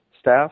staff